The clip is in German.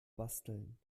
basteln